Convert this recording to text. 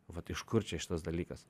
vat iš kur čia šitas dalykas